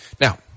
Now